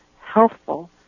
helpful